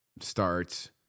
starts